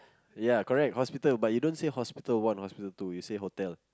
ya correct hospital but you don't say hospital one or hospital two you say hotel